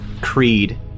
Creed